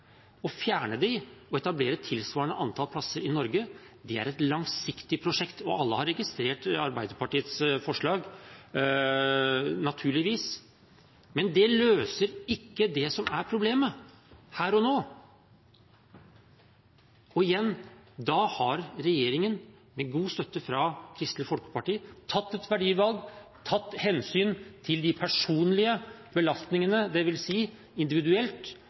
Å fjerne dem og etablere tilsvarende antall plasser i Norge er et langsiktig prosjekt. Alle har registrert Arbeiderpartiets forslag, naturligvis, men det løser ikke det som er problemet her og nå. Igjen: Regjeringen har, med god støtte fra Kristelig Folkeparti, tatt et verdivalg, tatt hensyn til de personlige belastningene, dvs. individuelt